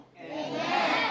Amen